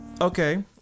okay